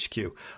HQ